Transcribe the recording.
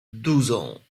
duzą